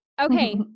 Okay